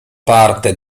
parte